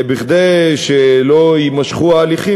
כדי שלא יימשכו ההליכים,